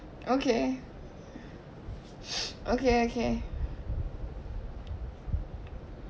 okay okay okay yes